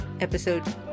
episode